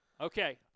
Okay